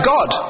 God